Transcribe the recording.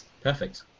Perfect